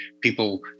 people